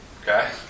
Okay